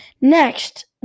Next